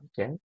okay